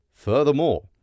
Furthermore